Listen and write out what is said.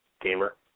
gamer